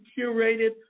curated